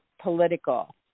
political